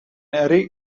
array